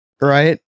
right